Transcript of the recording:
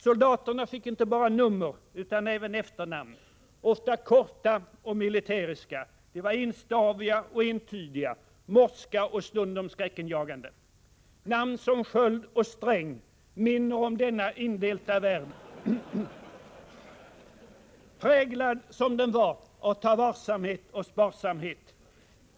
Soldaterna fick inte bara nummer utan även efternamn, ofta korta och militäriska, enstaviga och entydiga, morska och stundom skräckinjagande. Namn som Sköld och Sträng minner om denna indelta värld, präglad som den var av tavarsamhet och sparsamhet.